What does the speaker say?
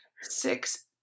six